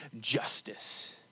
justice